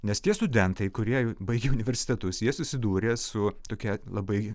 nes tie studentai kurie baigė universitetus jie susidūrė su tokia labai